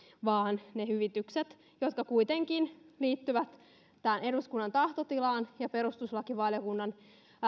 vaan kompensoidaan ne hyvitykset jotka kuitenkin liittyvät tämän eduskunnan tahtotilaan ja perustuslakivaliokunnan